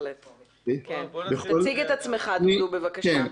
תציג את עצמך בבקשה.